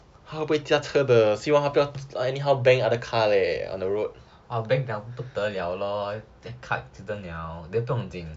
!wah! bang other 不得了 then car accident liao then 不用紧